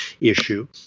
issue